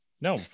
no